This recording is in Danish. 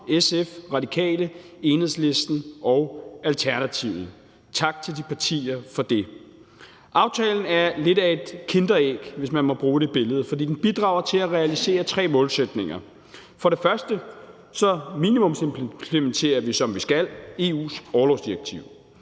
SF, Radikale, Enhedslisten og Alternativet. Tak til de partier for det. Aftalen er lidt af et kinderæg, hvis man må bruge det billede, for den bidrager til at realisere tre målsætninger: For det første minimumsimplementerer vi, som vi skal, EU's orlovsdirektiv.